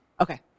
Okay